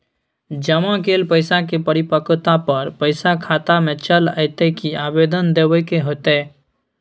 जमा कैल पैसा के परिपक्वता पर पैसा खाता में चल अयतै की आवेदन देबे के होतै?